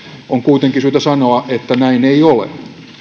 on kuitenkin syytä sanoa että näin ei ole